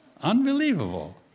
unbelievable